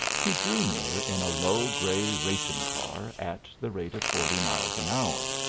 he drew near in a low gray racing-car at the rate of forty miles an hour,